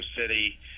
City